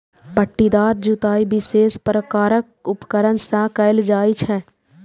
पट्टीदार जुताइ विशेष प्रकारक उपकरण सं कैल जाइ छै